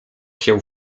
się